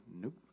Nope